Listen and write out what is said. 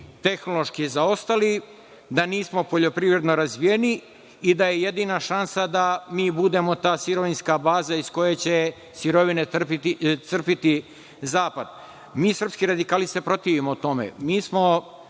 tehnološki zaostali, da nismo poljoprivredno razvijeni i da je jedina šansa da mi budemo ta sirovinska baza iz koje će sirovine crpeti zapad. Mi srpski radikali se protivimo tome. Mi smo